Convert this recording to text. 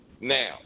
now